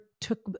took